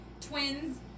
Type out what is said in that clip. twins